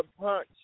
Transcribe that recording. punch